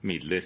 midler.